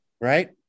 Right